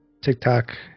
TikTok